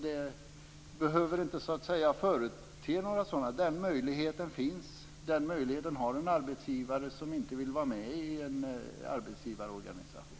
Den här möjligheten finns således; den möjligheten har den arbetsgivare som inte vill vara med i en arbetsgivarorganisation.